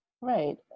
right